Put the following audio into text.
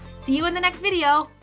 see you in the next video.